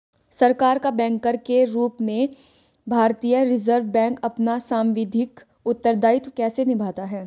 सरकार का बैंकर के रूप में भारतीय रिज़र्व बैंक अपना सांविधिक उत्तरदायित्व कैसे निभाता है?